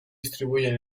distribuyen